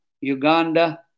Uganda